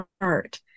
heart